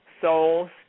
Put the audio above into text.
souls